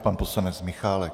Pan poslanec Michálek.